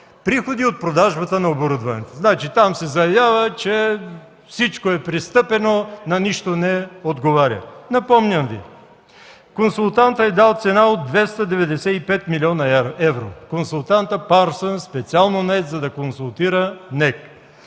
Приходи от продажбата на оборудването. Там се заявява, че всичко е пристъпено. На нищо не отговаря. Напомням Ви, че консултантът е дал цена от 295 млн. евро – консултантът „Парсънс”, специално нает, за да консултира НЕК.